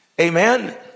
Amen